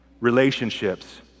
relationships